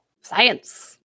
Science